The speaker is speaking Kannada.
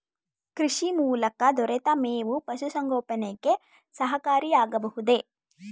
ಕೃಷಿ ಮೂಲಕ ದೊರೆತ ಮೇವು ಪಶುಸಂಗೋಪನೆಗೆ ಸಹಕಾರಿಯಾಗಬಹುದೇ?